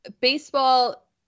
baseball